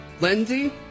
Lindsay